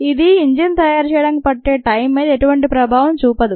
ఇదీ ఇంజిన్ తయారు చేయడానికి పట్టే టైం మీద ఎటువంటి ప్రభావం చూపదు